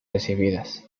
recibidas